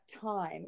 time